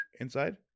inside